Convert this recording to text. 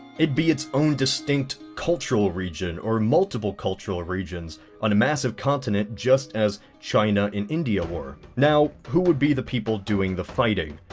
be its own distinct cultural region or multiple cultural regions on a massive continent just as china and india were, now who would be the people doing the fighting?